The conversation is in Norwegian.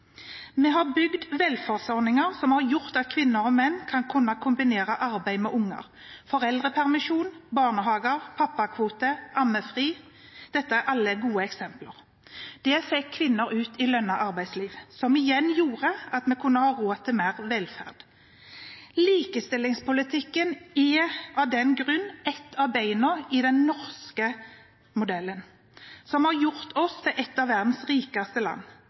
Vi har bygd velferdsordninger som har gjort at kvinner og menn skal kunne kombinere arbeid med det å ha unger. Foreldrepermisjon, barnehager, pappakvote, ammefri – er alle gode eksempler. Det fikk kvinnene ut i lønnet arbeidsliv, noe som igjen gjorde at vi kunne ha råd til mer velferd. Likestillingspolitikken er av den grunn et av bena i den norske modellen, som har gjort oss til et av verdens rikeste land.